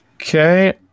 Okay